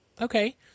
Okay